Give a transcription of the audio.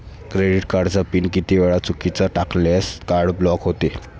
Credit कार्डचा pin किती वेळा चुकीचा टाकल्यास कार्ड ब्लॉक होते?